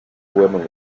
women